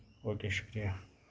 او کے شُکرِیا